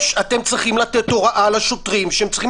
אתם צריכים לתת הוראה לשוטרים שהם צריכים